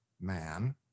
man